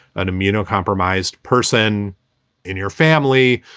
an immunocompromised person in your family,